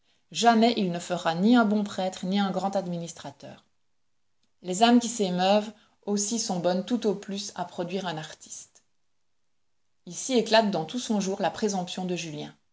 jamais il ne fera ni un bon prêtre ni un grand administrateur les âmes qui s'émeuvent aussi sont bonnes tout au plus à produire un artiste ici éclate dans tout son jour la présomption de julien